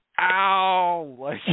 ow